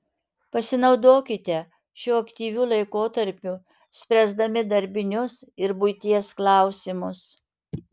pasinaudokite šiuo aktyviu laikotarpiu spręsdami darbinius ir buities klausimus